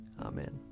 Amen